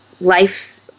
life